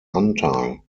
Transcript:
anteil